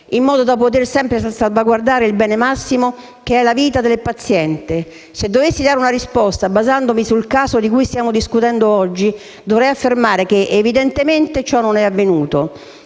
in modo da poter sempre salvaguardare il bene massimo che è la vita del paziente? Se dovessi dare una risposta, basandomi sul caso di cui stiamo discutendo oggi, dovrei affermare che, evidentemente, ciò non è avvenuto.